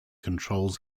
controls